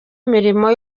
imirimo